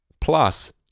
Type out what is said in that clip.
plus